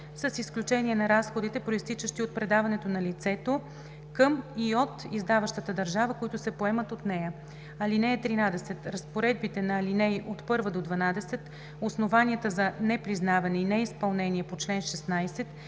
с изключение на разходите, произтичащи от предаването на лицето към и от издаващата държава, които се поемат от нея. (13) Разпоредбите на ал. 1 – 12, основанията за непризнаване и неизпълнение по чл. 16